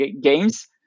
games